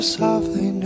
softly